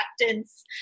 acceptance